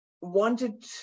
wanted